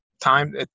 time